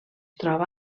troba